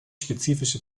spezifische